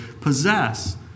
possess